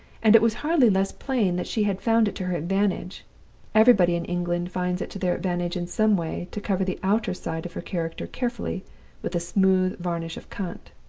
and it was hardly less plain that she had found it to her advantage everybody in england finds it to their advantage in some way to cover the outer side of her character carefully with a smooth varnish of cant.